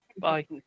bye